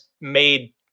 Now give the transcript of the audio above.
made